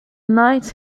knight